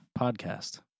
podcast